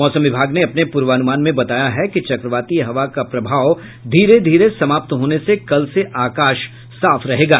मौसम विभाग ने अपने पूर्वानुमान में बताया है कि चक्रवाती हवा का प्रभाव धीरे धीरे समाप्त होने से कल से आकाश साफ रहेगा